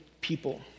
people